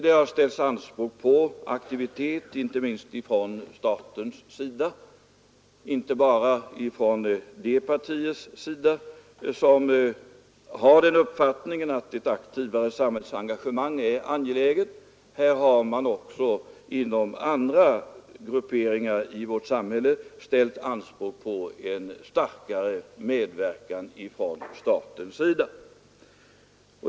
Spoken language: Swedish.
Det har rests anspråk på aktivitet, inte minst från statens sida — inte bara från de partiers sida som har uppfattningen att ett aktivare samhällsengagemang är angeläget; också andra grupperingar i vårt samhälle har här ställt krav på en starkare medverkan från statens sida.